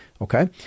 okay